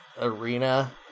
Arena